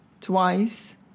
twice